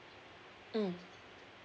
mm